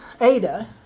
Ada